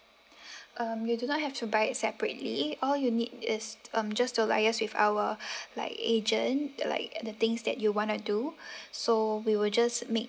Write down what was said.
um you do not have to buy it separately all you need is um just to liaise with our like agent like uh the things that you wanna do so we will just make